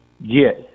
Yes